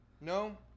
No